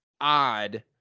odd